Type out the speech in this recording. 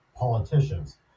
politicians